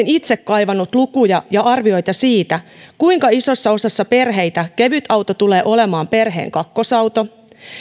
itse kaivannut lukuja ja arvioita siitä kuinka isossa osassa perheitä kevytauto tulee olemaan perheen kakkosauto